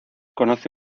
conoce